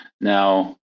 now